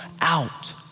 out